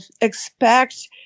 expect